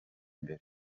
mbere